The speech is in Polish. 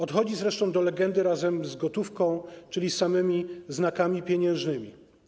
Odchodzi zresztą do legendy razem z gotówką, czyli z samymi znakami pieniężnymi.